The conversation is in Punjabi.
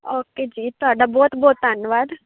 ਓਕੇ ਜੀ ਤੁਹਾਡਾ ਬਹੁਤ ਬਹੁਤ ਧੰਨਵਾਦ